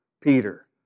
Peter